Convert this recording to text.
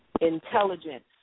intelligence